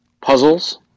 puzzles